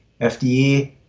FDA